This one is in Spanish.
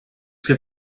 que